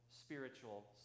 spiritual